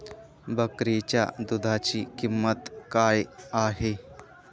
बकरीच्या दूधाची किंमत काय आहे?